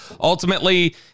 ultimately